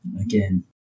Again